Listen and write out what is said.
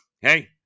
Hey